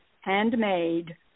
handmade